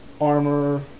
armor